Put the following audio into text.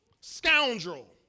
Scoundrel